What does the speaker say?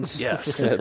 Yes